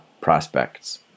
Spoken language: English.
prospects